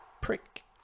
prick